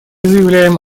заявляем